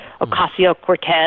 Ocasio-Cortez